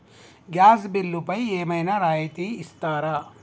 Gas బిల్లుపై ఏమైనా రాయితీ ఇస్తారా?